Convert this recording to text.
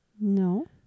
No